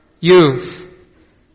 youth